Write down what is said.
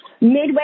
midway